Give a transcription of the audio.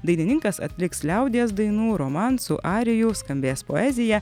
dainininkas atliks liaudies dainų romansų arijų skambės poezija